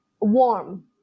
warm